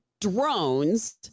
drones